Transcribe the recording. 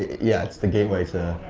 yeah, it's the gateway to,